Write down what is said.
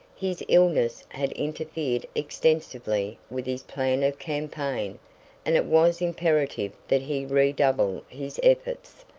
his illness had interfered extensively with his plan of campaign and it was imperative that he redouble his efforts,